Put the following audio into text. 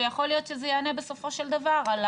ויכול להיות שזה יענה בסופו של דבר על